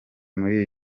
muri